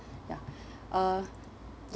ya uh ya